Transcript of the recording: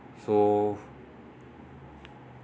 so